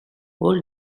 all